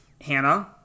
Hannah